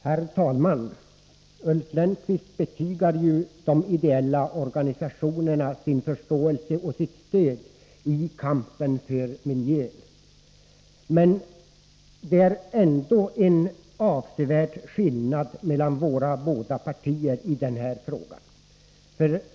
Herr talman! Ulf Lönnqvist betygar de ideella organisationerna sin förståelse och sitt stöd i kampen för miljön. Det är emellertid en avsevärd skillnad mellan våra båda partier i den här frågan.